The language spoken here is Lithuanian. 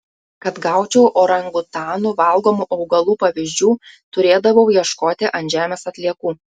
kad gaučiau orangutanų valgomų augalų pavyzdžių turėdavau ieškoti ant žemės atliekų